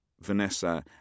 Vanessa